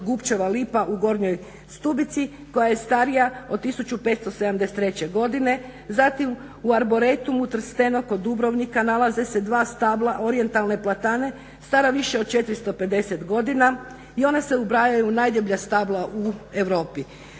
Gupčeva lipa u Gornjoj Stubici koja je starija od 1573. godine, zatim u Arboretumu Trsteno kod Dubrovnika nalaze se dva stabla orijentalne platane stara više od 450 godina i one se ubrajaju u najdeblja stabla u Europi.